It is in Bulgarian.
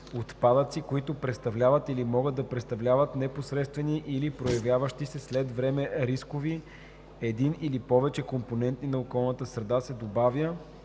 отпадъци, които представляват или могат да представляват непосредствени или проявяващи се след време рискове за един или повече компоненти на околната среда.“ се добавя